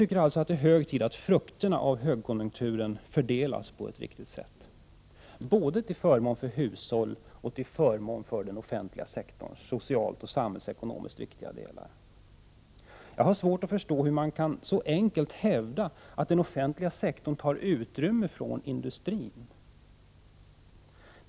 Det är alltså hög tid att frukterna av högkonjunkturen fördelas på ett riktigt sätt — både till förmån för hushållen och till förmån för den offentliga sektorns socialt och samhällsekonomiskt viktiga delar. Jag har svårt att förstå hur man så enkelt kan hävda att den offentliga sektorn tar utrymme från industrin.